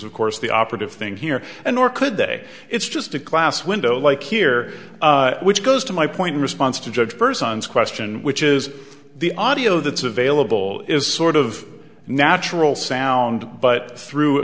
of course the operative thing here and nor could they it's just a class window like here which goes to my point in response to judge her son's question which is the audio that's available is sort of natural sound but through